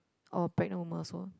or pregnant woman also